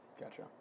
Gotcha